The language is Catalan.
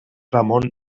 ramon